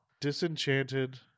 Disenchanted